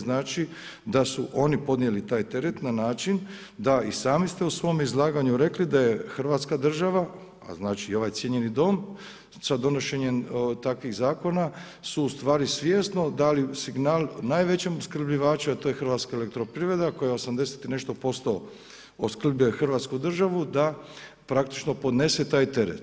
Znači da su oni podnijeli taj teret na način, da i sami ste u svom izlaganju rekli da je Hrvatska država, a znači i ovaj cijenjeni Dom sa donošenjem takvim zakona su ustvari svjesno dali signal najvećem opskrbljivaču a to je HEP, koja 80 i nešto posto opskrbljuje Hrvatsku državu, da praktički podnese taj teret.